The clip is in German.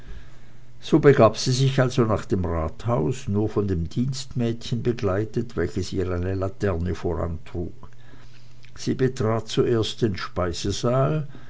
so begab sie sich also nach dem rathaus nur von dem dienstmädchen begleitet welches ihr eine laterne vorantrug sie betrat zuerst den speisesaal